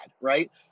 right